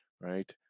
Right